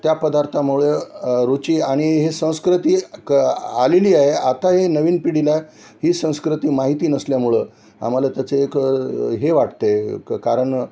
त्या पदार्थामुळे रुची आणि हे संस्कृती क आलेली आहे आता हे नवीन पिढीला ही संस्कृती माहिती नसल्यामुळं आम्हाला त्याचं एक हे वाटते क कारण